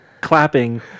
clapping